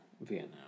Vietnam